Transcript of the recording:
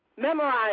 memorize